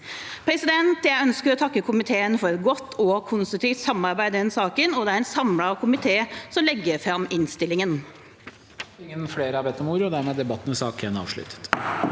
Jeg ønsker å takke komiteen for godt og konstruktivt samarbeid i denne saken, og det er en samlet komité som legger fram innstillingen.